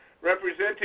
representing